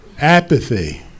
Apathy